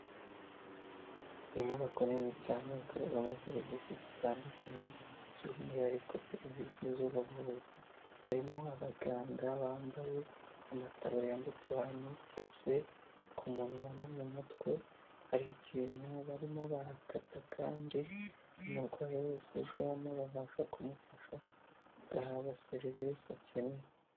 Inyubako nini cyane ikorerwamo serivisi zitandukanye by'umwihariko serivisi z'ubuvuzi, harimo abaganga bambaye amataburiya ndetse banipfutse ku munwa no mu mutwe, hari ikintu barimo barakata kandi umurwayi wese uje hano babasha kumufasha agahabwa serivise akeneye.